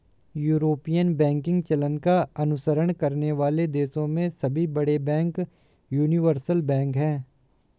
European banking चलन का अनुसरण करने वाले देशों में सभी बड़े बैंक यूनिवर्सल बैंक हैं